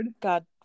God